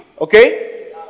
Okay